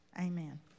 amen